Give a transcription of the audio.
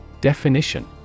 Definition